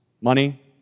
Money